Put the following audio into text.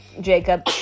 Jacob